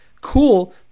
cool